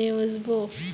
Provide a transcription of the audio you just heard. ने वसबो